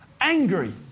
Angry